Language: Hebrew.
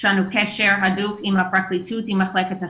יש לנו קשר הדוק עם הפרקליטות, עם מחלקת הסייבר,